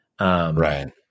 Right